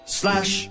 slash